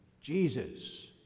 Jesus